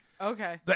Okay